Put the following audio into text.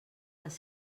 les